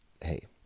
hey